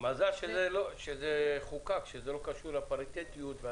מזל שזה חוקק ולא קשור לפריטטיות.